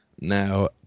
Now